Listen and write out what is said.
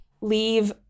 leave